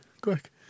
quick